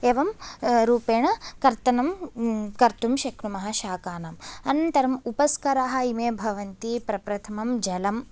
एवं रूपेण कर्तनं कर्तुं शक्नुमः शाकानाम् अनन्तरम् उपस्कराः इमे भवन्ति प्रप्रथमं जलम्